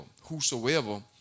whosoever